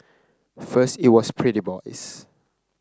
first it was pretty boys